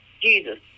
Jesus